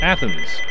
Athens